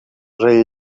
rei